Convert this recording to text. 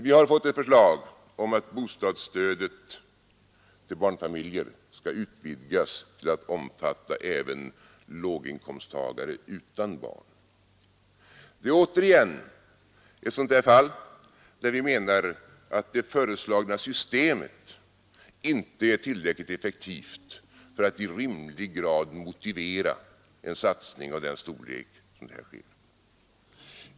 Vi har fått ett förslag om att bostadsstödet till barnfamiljer skall utvidgas till att omfatta även låginkomsttagare utan barn. Det är återigen ett sådant där fall, där vi menar att det föreslagna systemet inte är tillräckligt effektivt för att i rimlig grad motivera en satsning av den storlek som föreslås ske.